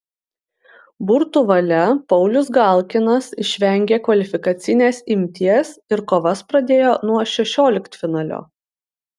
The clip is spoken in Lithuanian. burtų valia paulius galkinas išvengė kvalifikacinės imties ir kovas pradėjo nuo šešioliktfinalio